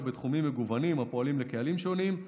בתחומים מגוונים הפועלים לקהלים שונים.